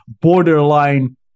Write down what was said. borderline